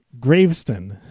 graveston